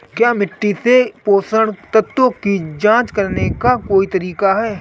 क्या मिट्टी से पोषक तत्व की जांच करने का कोई तरीका है?